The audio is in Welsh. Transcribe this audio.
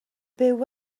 byw